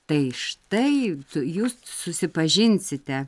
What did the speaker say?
tai štai jūs susipažinsite